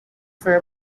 for